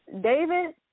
David